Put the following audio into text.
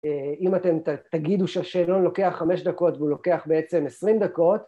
אם אתם תגידו שהשאלון לוקח חמש דקות, והוא לוקח בעצם עשרים דקות...